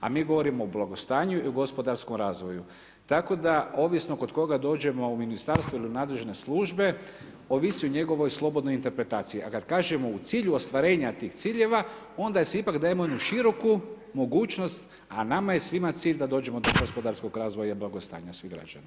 A mi govorimo o blagostanju i o gospodarskom razvoju, tako da ovisno kod koga dođemo u ministarstvo ili u nadležne službe, ovisi o njegovoj slobodnoj interpretaciji a kad kažemo u cilju ostvarenja tih ciljeva onda si ipak dajemo široku mogućnost a nama je svima cilj da dođemo do gospodarskog razvoja i blagostanja svih građana.